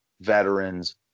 veterans